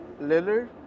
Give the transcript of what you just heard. Lillard